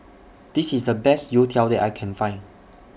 This IS The Best Youtiao that I Can Find